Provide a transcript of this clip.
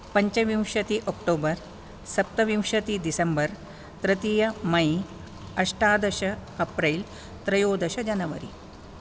पञ्चविंशति अक्टोबर् सप्तविंशति दिसेम्बर् तृतीय मै अष्टादश अप्रिल् त्रयोदश जनवरि